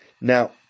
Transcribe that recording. Now